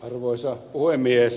arvoisa puhemies